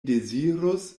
dezirus